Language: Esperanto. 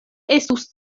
estus